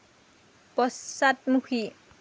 পশ্চাদমুখী